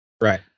Right